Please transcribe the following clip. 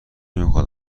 میخاد